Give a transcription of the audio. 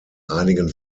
einigen